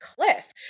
Cliff